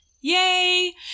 Yay